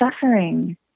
suffering